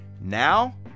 Now